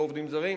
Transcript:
לא עובדים זרים,